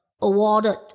awarded